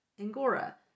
Angora